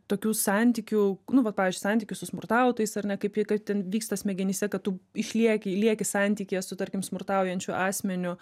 tokių santykių nu vat pavyzdžiui santykių su smurtautojais ar ne kaip kad ten vyksta smegenyse kad tu išlieki lieki santykyje su tarkim smurtaujančiu asmeniu